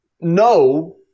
no –